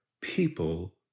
people